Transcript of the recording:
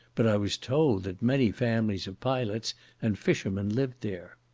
but i was told that many families of pilots and fishermen lived there.